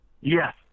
Yes